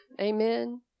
Amen